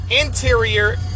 interior